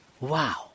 Wow